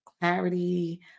clarity